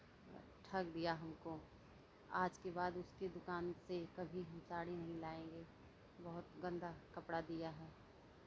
ठग दिया हमको आज के बाद उसकी दुकान से कभी हम साड़ी नहीं लाएंगे बहुत गंदा कपड़ा दिया है